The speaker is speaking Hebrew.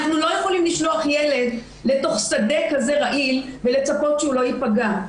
אנחנו לא יכולים לשלוח ילד לתוך שדה כזה רעיל ולצפות שהוא לא ייפגע.